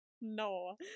No